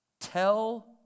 Tell